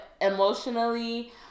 emotionally